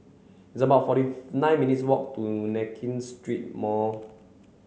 it's about forty nine minutes' walk to Nankin Street Mall